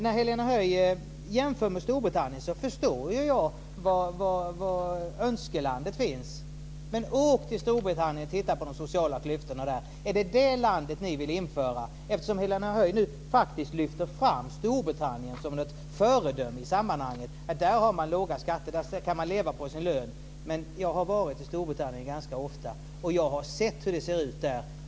När Helena Höij jämför med Storbritannien förstår jag var önskelandet finns. Men åk till Storbritannien och titta på de sociala klyftorna där! Är det ett sådant land ni vill ha? Helena Höij lyfter ju fram Storbritannien som ett föredöme, där man har låga skatter och där man kan leva på sin lön. Jag har varit i Storbritannien ganska ofta, och jag har sett hur det ser ut där.